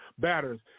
batters